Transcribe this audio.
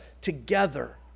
together